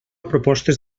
propostes